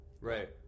Right